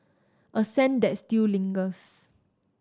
a scent that still lingers